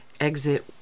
exit